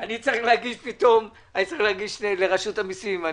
אני צריך להגיש לרשות המיסים